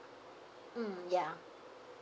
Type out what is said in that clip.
mm ya